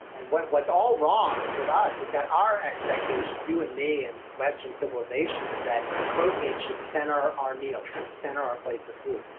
and what what's all wrong with us is that our expectation, you and me and western civilization, is that protein should center our meals and center our plates of food.